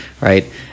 right